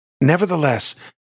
Nevertheless